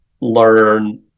learn